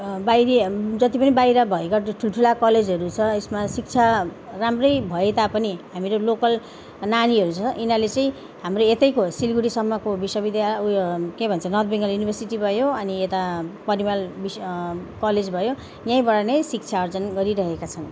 बाहिरी जति पनि बाहिर भएका ठुल्ठुला कलेजहरू छ यसमा शिक्षा राम्रै भए तापनि हाम्रो लोकल नानीहरू छ यिनीहरूले चाहिँ हाम्रो यतैको सिलगढीसम्मको विश्वविद्यालय उयो के भन्छ नर्थ बङ्गाल युनिभर्सिटी भयो अनि ता परिमल विश कलेज भयो यहीँबाट नै शिक्षा अर्जन गरिरहेका छन्